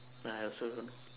uh I also don't know